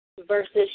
versus